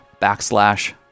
backslash